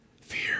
Fear